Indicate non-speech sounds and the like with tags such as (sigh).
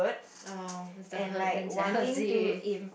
oh it's the herd (laughs) mentality